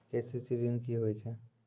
KCC ॠन की होय छै?